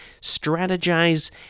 strategize